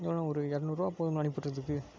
எவ்வளோண்ணா ஒரு இரநூறுவா போதுமா அனுப்பிவுட்டுறதுக்கு